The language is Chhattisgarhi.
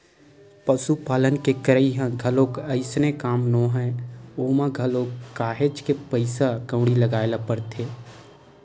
पसुपालन के करई ह घलोक अइसने काम नोहय ओमा घलोक काहेच के पइसा कउड़ी लगाय बर परथे